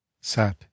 sat